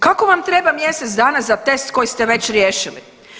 Kako vam treba za mjesec dana za test koji ste već riješili?